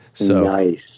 Nice